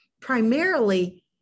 primarily